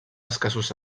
escassos